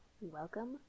Welcome